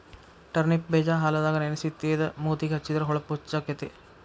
turnip ಬೇಜಾ ಹಾಲದಾಗ ನೆನಸಿ ತೇದ ಮೂತಿಗೆ ಹೆಚ್ಚಿದ್ರ ಹೊಳಪು ಹೆಚ್ಚಕೈತಿ